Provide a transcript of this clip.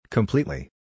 Completely